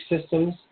systems